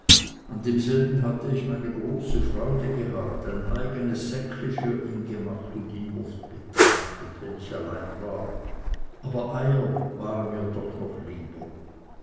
an demselben hatte ich sonst meine große freude gehabt ein eigenes säckeli für ihn gemacht und ihn oft betrachtet wenn ich allein war aber eier waren mir doch noch lieber